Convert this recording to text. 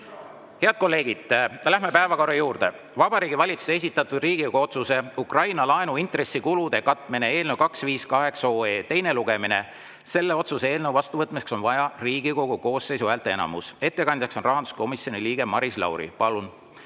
Head kolleegid, läheme päevakorrapunktide menetlemise juurde: Vabariigi Valitsuse esitatud Riigikogu otsuse "Ukraina laenu intressikulude katmine" eelnõu 258 teine lugemine. Selle otsuse eelnõu vastuvõtmiseks on vaja Riigikogu koosseisu häälteenamust. Ettekandja on rahanduskomisjoni liige Maris Lauri.